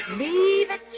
leave it to